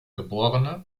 geb